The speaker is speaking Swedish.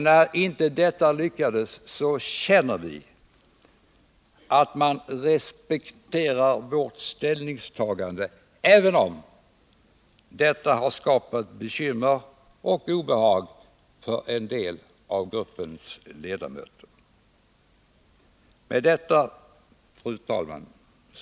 När inte detta lyckades känner vi att man respekterar vårt ställningstagande, även om detta har skapat bekymmer och obehag för en del av gruppens ledamöter. Fru talman!